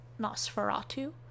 Nosferatu